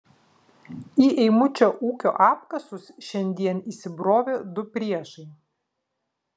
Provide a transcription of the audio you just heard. į eimučio ūkio apkasus šiandien įsibrovė du priešai